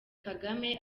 kagame